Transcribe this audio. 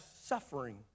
suffering